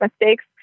mistakes